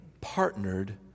partnered